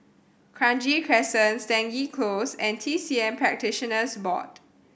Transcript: Kranji Crescent Stangee Close and T C M Practitioners Board